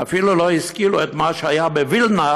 ואפילו לא השכילו את מה שהיה בווילנה,